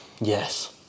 Yes